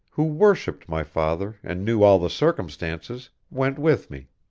who worshiped my father and knew all the circumstances, went with me.